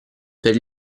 per